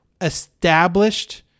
established